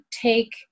take